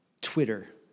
Twitter